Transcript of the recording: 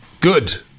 Good